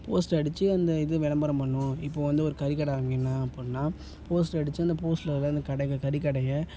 poster அடிச்சு அந்த இது விளம்பரம் பண்ணணும் இப்போ வந்து ஒரு கறிக்கடை ஆரம்பிக்கணுன்னால் அப்புடின்னா போஸ்ட்ரு அடிச்சு அந்த போஸ்டருல வந்து கடையை கறிக்கடையை